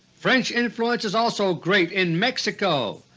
french influence is also great in mexico,